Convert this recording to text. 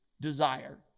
desire